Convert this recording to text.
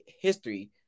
history